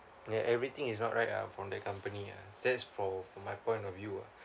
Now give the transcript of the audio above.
ya everything is not right ah from the company ah that's for from my point of view ah